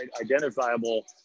identifiable